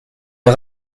est